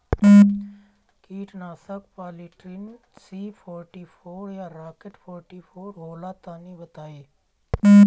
कीटनाशक Polytrin C forty four या Rocket forty four होला तनि बताई?